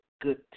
good